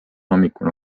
hommikul